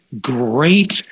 great